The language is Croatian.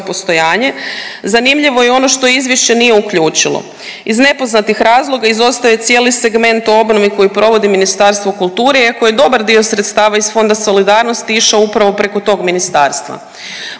postojanje zanimljivo je i ono što izvješće nije uključilo. Iz nepoznatih razloga izostaje cijeli segment o obnovi koju provodi Ministarstvo kulture iako je dobar dio sredstava iz Fond solidarnosti išao upravo preko tog ministarstva.